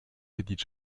eddie